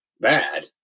bad